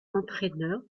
entraîneur